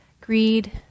Greed